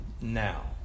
now